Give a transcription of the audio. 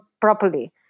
properly